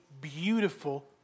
beautiful